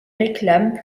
réclament